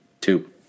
Two